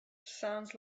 sounds